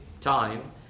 time